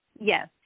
Yes